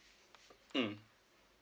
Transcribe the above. mm